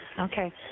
Okay